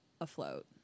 afloat